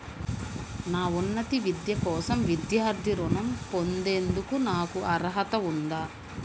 నా ఉన్నత విద్య కోసం విద్యార్థి రుణం పొందేందుకు నాకు అర్హత ఉందా?